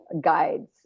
guides